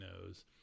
knows